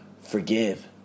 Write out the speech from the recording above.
Forgive